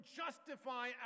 justify